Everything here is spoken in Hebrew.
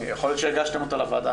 יכול להיות שהגשתם אותה לוועדה,